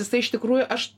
jisai iš tikrųjų aš